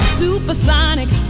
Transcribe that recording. supersonic